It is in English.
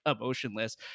emotionless